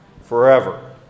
Forever